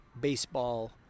baseball